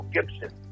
Gibson